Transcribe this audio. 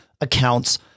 accounts